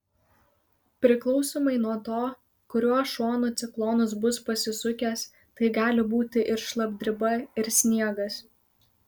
priklausomai nuo to kuriuo šonu ciklonas bus pasisukęs tai gali būti ir šlapdriba ir sniegas